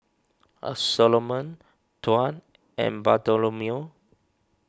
A Soloman Tuan and Bartholomew